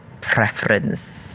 preference